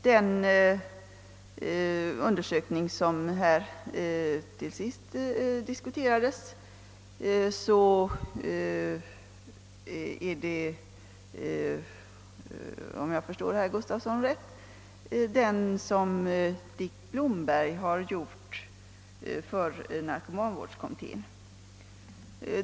Den undersökning som senast diskuterades här är — om jag förstått herr Gustavsson i Alvesta rätt — den som Dick Blomberg har gjort på uppdrag av socialstyrelsens narkomanvårdskommitté.